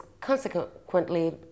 consequently